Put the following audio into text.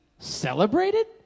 Celebrated